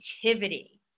creativity